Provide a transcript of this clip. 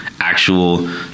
actual